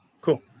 cool